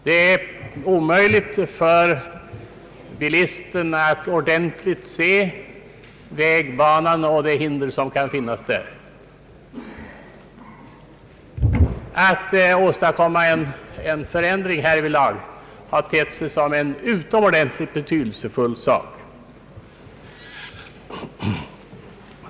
Det blir omöjligt för bilisten att ordentligt se vägbanan och de hinder som kan finnas där. Att åstadkomma en förändring härvidlag har tett sig som en utomordentligt betydelsefull sak.